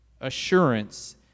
assurance